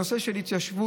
הנושא של התיישבות,